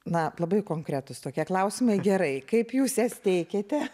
na labai konkretūs tokie klausimai gerai kaip jūs jas teikiate